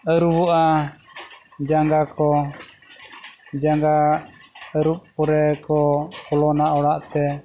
ᱟᱹᱨᱩᱵᱚᱜᱼᱟ ᱡᱟᱸᱜᱟ ᱠᱚ ᱡᱟᱸᱜᱟ ᱟᱹᱨᱩᱵ ᱯᱚᱨᱮ ᱠᱚ ᱵᱚᱞᱚᱱᱟ ᱚᱲᱟᱜᱛᱮ